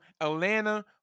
Atlanta